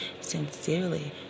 sincerely